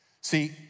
See